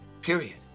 Period